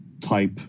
type